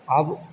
अब